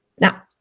now